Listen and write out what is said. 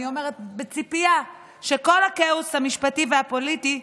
בציפייה שכל הכאוס המשפטי והפוליטי,